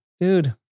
Dude